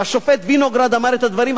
השופט וינוגרד אמר את הדברים,